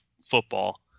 football